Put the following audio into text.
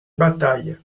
battaglie